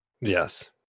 Yes